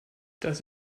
das